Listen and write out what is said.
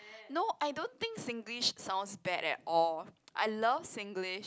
no I don't think Singlish sounds bad at all I love Singlish